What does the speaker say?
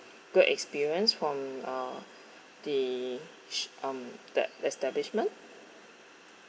good experience from uh the sh~ um the establishment